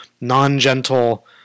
non-gentle